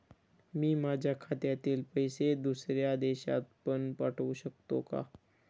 मी माझ्या खात्यातील पैसे दुसऱ्या देशात पण पाठवू शकतो का?